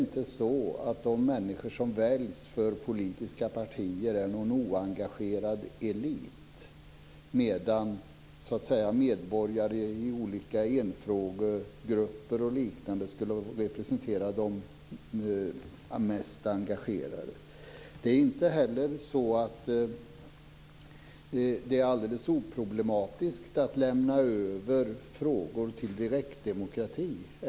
De människor som väljs för politiska partier är inte en oengagerad elit medan medborgare i olika enfrågegrupper och liknande ska representera de mest engagerade. Det är inte oproblematiskt att lämna över frågor till direktdemokrati.